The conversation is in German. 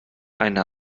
eine